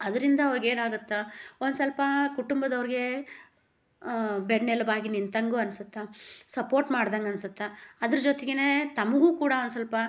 ಅದರಿಂದ ಅವ್ರಿಗೇನಾಗತ್ತೆ ಒಂದು ಸಲ್ಪ ಕುಟುಂಬದವ್ರಿಗೆ ಬೆನ್ನೆಲುಬಾಗಿ ನಿಂತಂಗೂ ಅನ್ಸತ್ತೆ ಸಪೋಟ್ ಮಾಡ್ದಂಗನ್ಸತ್ತೆ ಅದ್ರ ಜೊತ್ಗೆ ತಮಗೂ ಕೂಡ ಒಂದು ಸ್ವಲ್ಪ